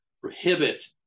prohibit